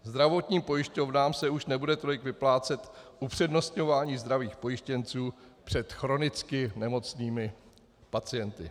Zdravotním pojišťovnám se už nebude tolik vyplácet upřednostňování zdravých pojištěnců před chronicky nemocnými pacienty.